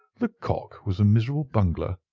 lecoq was a miserable bungler,